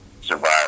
survive